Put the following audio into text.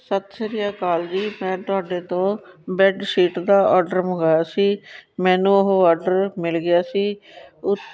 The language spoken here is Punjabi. ਸਤਿ ਸ਼੍ਰੀ ਅਕਾਲ ਜੀ ਮੈਂ ਤੁਹਾਡੇ ਤੋਂ ਬੈੱਡਸ਼ੀਟ ਦਾ ਔਡਰ ਮੰਗਾਇਆ ਸੀ ਮੈਨੂੰ ਉਹ ਔਡਰ ਮਿਲ ਗਿਆ ਸੀ ਉਹ